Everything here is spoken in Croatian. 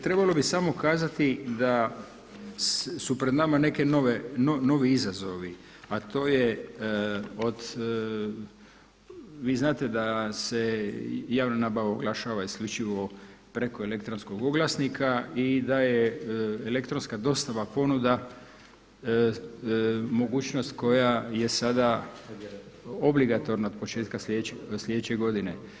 Trebalo bi samo kazati da su pred nama neki novi izazovi, a to je od vi znate da se javna nabava oglašava isključivo preko elektronskog oglasnika i da je elektronska dostava ponuda mogućnost koja je sada obligatorna od početka sljedeće godine.